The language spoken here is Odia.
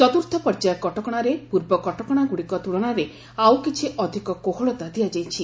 ଚତୁର୍ଥ ପର୍ଯ୍ୟାୟ କଟକଶାରେ ପୂର୍ବ କଟକଣାଗୁଡ଼ିକ ତ୍ୁଳନାରେ ଆଉ କିଛି ଅଧିକ କୋହଳତା ଦିଆଯାଇଛି